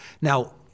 Now